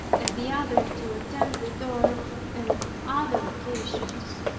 and the other to attend the door and other occasions,